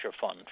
fund